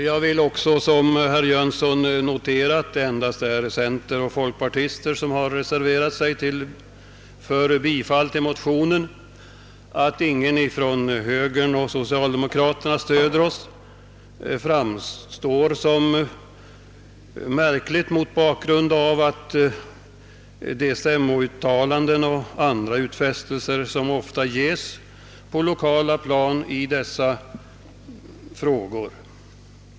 Jag vill vidare, liksom herr Jönsson i Ingemarsgården, notera att det endast är centerpartister och folkpartister som reserverat sig för bifall till motionen. Att ingen från högern och socialdemokraterna stöder oss framstår som märkligt mot bakgrund av de stämmouttalanden och andra utfästelser som ofta avges på det lokala planet i dessa frågor.